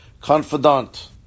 confidant